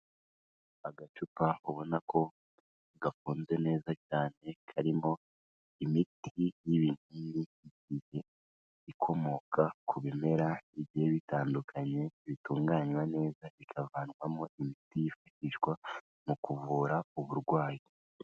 Agacupa, ubona ko, gafunze neza cyane, karimo imiti, y'ibinini, ikomoka, ku ibimera, bigihe bitandukanye, bitunganywa neza, bikavanwamo, imiti yifashishwa, mu kuvura, uburwayi.